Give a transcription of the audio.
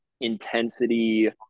intensity